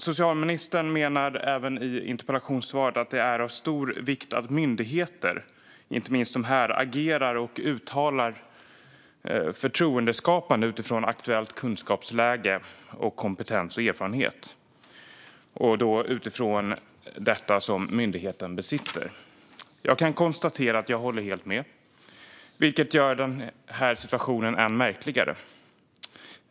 Socialministern menar även i interpellationssvaret att det är av stor vikt att myndigheter, inte minst den myndighet vi nu talar om, agerar och uttalar sig förtroendeskapande utifrån aktuellt kunskapsläge och utifrån den kompetens och erfarenhet som myndigheten besitter. Jag kan konstatera att jag helt håller med, vilket gör den här situationen än märkligare.